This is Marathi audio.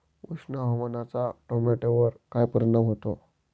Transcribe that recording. उष्ण हवामानाचा टोमॅटोवर काय परिणाम होतो?